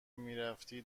میرفتی